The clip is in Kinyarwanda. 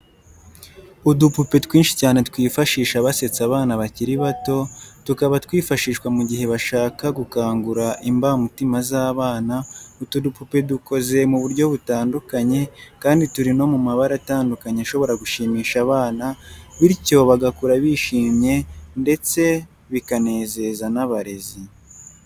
Udupupe twinshi cyane twifashishwa basetsa abana bakiri bato, tukaba twifashishwa mu gihe bashaka gukangura imbamutima z'abana. Utu dupupe dukoze mu buryo butandukanye kandi turi no mu mabara atandukanye ashobora gushimisha abana bityo bagakura bishimye ndetse bikanezeza n'abarezi.